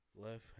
Left